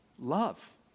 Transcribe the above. Love